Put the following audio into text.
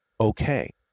okay